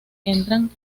entran